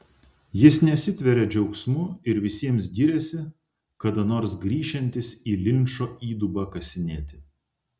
jis nesitveria džiaugsmu ir visiems giriasi kada nors grįšiantis į linčo įdubą kasinėti